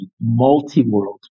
multi-world